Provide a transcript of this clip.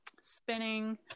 spinning